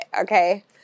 okay